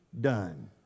done